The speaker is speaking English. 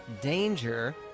danger